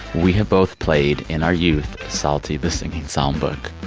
we have both played, in our youth, psalty the singing songbook